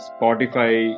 Spotify